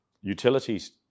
utilities